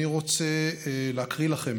אני רוצה להקריא לכם